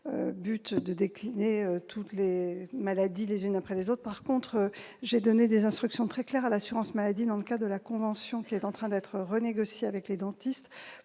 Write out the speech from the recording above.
but de décliner toutes les maladies les unes après les autres. En revanche, j'ai donné des instructions très claires à l'assurance maladie, dans le cadre de la convention qui est en train d'être renégociée avec les dentistes,